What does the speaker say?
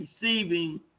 receiving